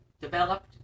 developed